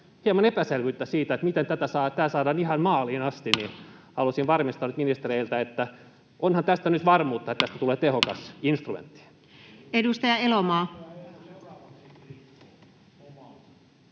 hieman epäselvyyttä siitä, miten tämä saadaan ihan maaliin asti. Haluaisin varmistaa nyt ministereiltä: onhan tästä nyt varmuutta, että tästä tulee tehokas instrumentti? Edustaja Elomaa.